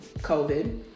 COVID